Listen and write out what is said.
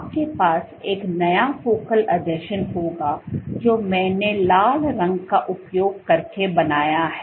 आपके पास एक नया फोकल आसंजन होगा जो मैंने लाल रंग का उपयोग करके बनाया है